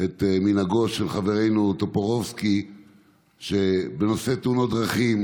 את מנהגו של חברנו טופורובסקי בנושא תאונות הדרכים,